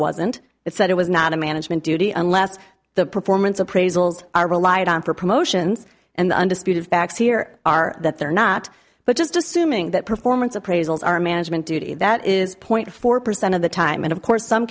wasn't it said it was not a management duty unless the performance appraisals are relied on for promotions and the undisputed facts here are that they're not but just assuming that performance appraisals are management duty that is point four percent of the time and of course some